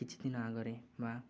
କିଛି ଦିନ ଆଗରେ ବା